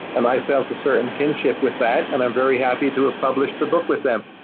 and i felt a certain kinship with that and i'm very happy to have published the book with them.